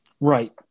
Right